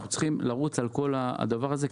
אנחנו צריכים לרוץ על כל הדבר הזה.